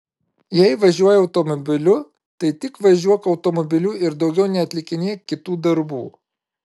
jei važiuoji automobiliu tai tik važiuok automobiliu ir daugiau neatlikinėk kitų darbų